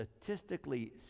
statistically